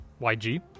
YG